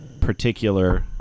particular